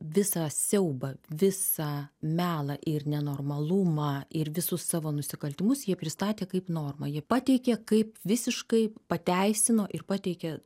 visą siaubą visą melą ir nenormalumą ir visus savo nusikaltimus jie pristatė kaip normą jie pateikė kaip visiškai pateisino ir pateikė